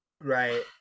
Right